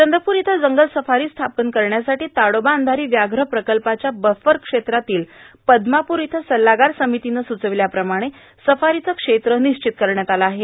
चंद्रपूर इथं जंगल सफारी स्थापित करण्यासाठी ताडोबा अंधारी व्याघ्र प्रकल्पाच्या बफर क्षेत्रातील पदमापूर इथं सल्लागार समितीनं सुचविल्याप्रमाणे सफारीचं क्षेत्र निश्चित करण्यात आलं आहे